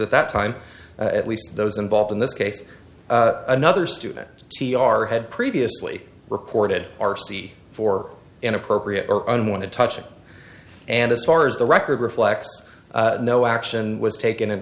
at that time at least those involved in this case another student t r had previously reported r c for inappropriate unwanted touching and as far as the record reflects no action was taken in